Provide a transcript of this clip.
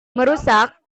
merusak